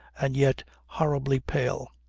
and yet horribly pale.